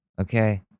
Okay